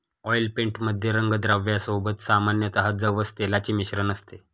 oil paint मध्ये रंगद्रव्या सोबत सामान्यतः जवस तेलाचे मिश्रण असते